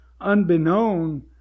unbeknown